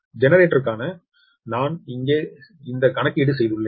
ஜெனரேட்டருக்காக நான் இங்கே இந்த கணக்கீடு செய்துள்ளேன்